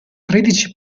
tredici